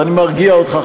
ואני מרגיע אותך,